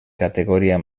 categoria